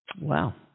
wow